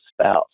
spouse